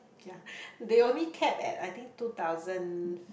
yea they only capped at I think two thousand